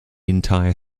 entire